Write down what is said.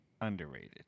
underrated